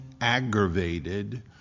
aggravated